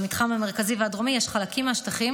במתחם המרכזי והדרומי יש חלקים מהשטחים